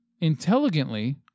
intelligently